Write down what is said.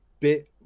bit